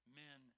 men